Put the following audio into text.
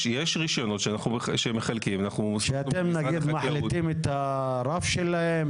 יש רישיונות שמחלקים --- שאתם נגיד מחליטים את הרף שלהם?